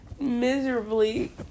miserably